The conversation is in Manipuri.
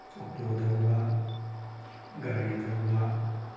ꯑꯣꯛꯇꯣ ꯊꯧꯕ ꯒꯥꯔꯤ ꯊꯧꯕ